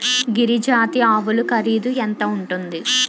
గిరి జాతి ఆవులు ఖరీదు ఎంత ఉంటుంది?